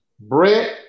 Brett